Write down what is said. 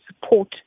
support